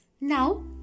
Now